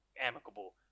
amicable